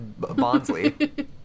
Bonsley